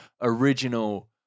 original